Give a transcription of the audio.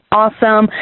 awesome